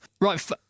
Right